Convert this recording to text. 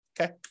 Okay